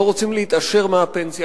לא רוצים להתעשר מהפנסיה.